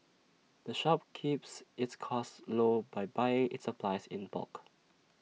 the shop keeps its costs low by buying its supplies in bulk